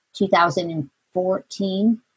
2014